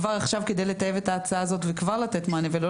כבר עכשיו כדי לטייב את ההצעה הזאת וכבר לתת מענה ולא